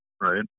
Right